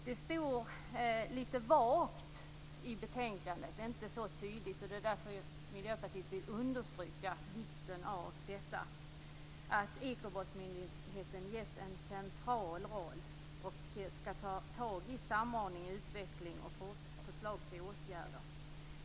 Det står inte så tydligt i betänkandet, och det är därför Miljöpartiet vill understryka vikten av att Ekobrottsmyndigheten ges en central roll och skall ta tag i samordning, utveckling och förslag till åtgärder.